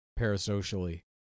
parasocially